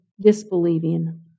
disbelieving